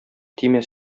тимә